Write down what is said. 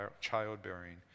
childbearing